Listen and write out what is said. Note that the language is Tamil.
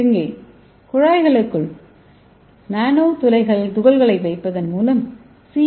இங்கே குழாய்களுக்குள் நானோ துகள்களை வைப்பதன் மூலம் சி